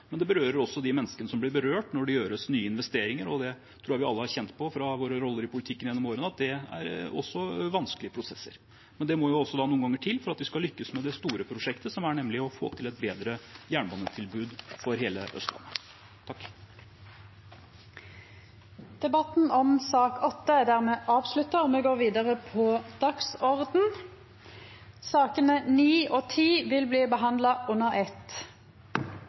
men også de menneskene som blir berørt når det gjøres nye investeringer. Det tror jeg vi alle har kjent på fra våre roller i politikken gjennom årene, at det også er vanskelige prosesser, men det må også noen ganger til for at vi skal lykkes med det store prosjektet, som er å få til et bedre jernbanetilbud for hele Østlandet. Interpellasjonsdebatten er dermed avslutta. Sakene nr. 9 og 10 vil bli behandla under eitt. Presidenten vil ordna debatten slik: 5 minutt til kvar partigruppe og 5 minutt til medlemer av regjeringa. Vidare vil